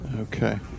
Okay